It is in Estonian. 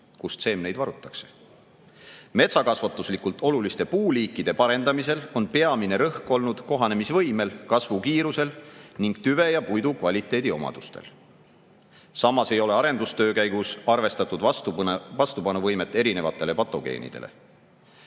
kust seemneid varutakse. Metsakasvatuslikult oluliste puuliikide parendamisel on peamine rõhk olnud kohanemisvõimel, kasvukiirusel ning tüve ja puidu kvaliteedi omadustel. Samas ei ole arendustöö käigus arvestatud vastupanuvõimet erinevatele patogeenidele.